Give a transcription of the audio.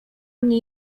mnie